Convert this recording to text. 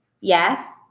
Yes